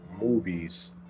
movies